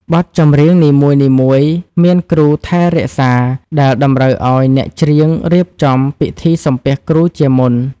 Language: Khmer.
បទចម្រៀងនីមួយៗមានគ្រូ ថែរក្សា ដែលតម្រូវឱ្យអ្នកច្រៀងរៀបចំពិធីសំពះគ្រូជាមុន។